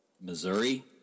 Missouri